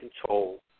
control